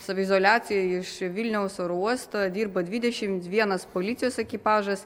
saviizoliacijai iš vilniaus oro uosto dirba dvidešimt vienas policijos ekipažas